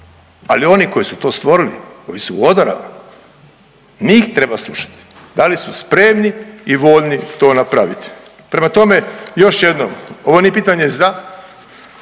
Ali oni koji su to stvorili, koji su u odorama njih treba slušati da li su spremni i voljni to napraviti. Prema tome još jednom ovo nije pitanje za